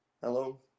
Hello